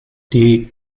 die